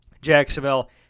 Jacksonville